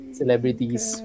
celebrities